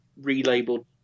relabeled